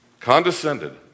condescended